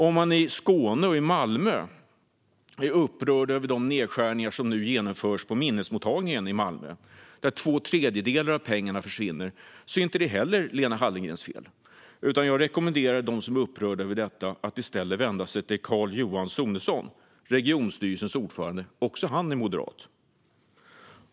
Om man i Skåne är upprörd över de nedskärningar som nu genomförs på minnesmottagningen i Malmö, där två tredjedelar av pengarna försvinner, är det inte heller Lena Hallengrens fel. Jag rekommenderar dem som är upprörda över detta att i stället vända sig till Carl Johan Sonesson, regionstyrelsens ordförande, också han moderat.